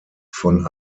von